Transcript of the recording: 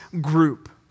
group